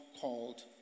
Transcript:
called